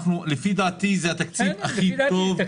לפני דעתי זה התקציב הכי טוב -- בסדר,